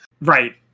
right